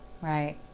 right